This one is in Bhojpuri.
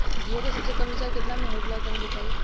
जीओ के सबसे कम रिचार्ज केतना के होला तनि बताई?